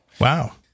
Wow